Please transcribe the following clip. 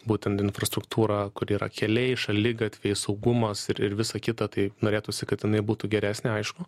būtent infrastruktūra kur yra keliai šaligatviai saugumas ir visa kita tai norėtųsi kad jinai būtų geresnė aišku